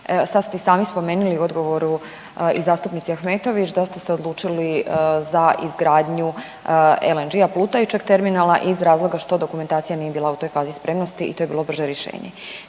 Sad ste i sami spomenuli u odgovoru i zastupnici Ahmetović da ste se odlučili za izgradnju LNG-a plutajućeg terminala iz razloga što dokumentacija nije bila u toj fazi spremnosti i to je bilo brže rješenje.